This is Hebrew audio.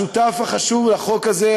השותף החשוב לחוק הזה,